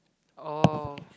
oh